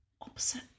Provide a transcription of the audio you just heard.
opposite